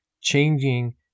changing